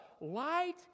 light